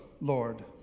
Lord